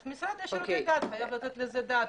אז משרד לשירותי דת צריך לתת על זה את הדעת.